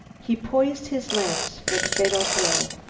he poised his lance for the fatal thrust.